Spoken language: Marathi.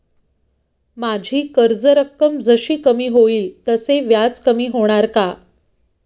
माझी कर्ज रक्कम जशी कमी होईल तसे व्याज कमी होणार का?